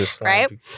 right